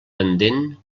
pendent